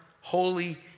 holy